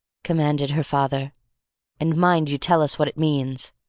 commanded her father and mind you tell us what it means.